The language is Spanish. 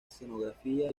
escenografía